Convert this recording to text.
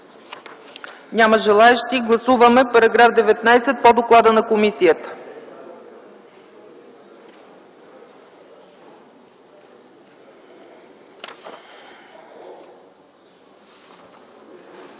Няма желаещи. Гласуваме § 19 по доклада на комисията.